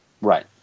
right